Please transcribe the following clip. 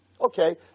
Okay